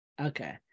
okay